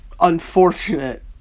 unfortunate